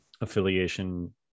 Affiliation